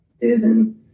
Susan